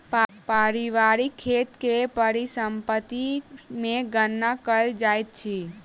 पारिवारिक खेत के परिसम्पत्ति मे गणना कयल जाइत अछि